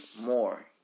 more